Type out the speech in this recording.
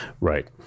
Right